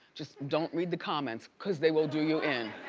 just don't read the comments cause they will do you in.